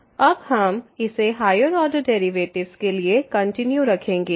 x0y0fx0y0Δy fx0y0Δy अब हम इसे हायर ऑर्डर डेरिवेटिव्स के लिए कंटिन्यू रखेंगे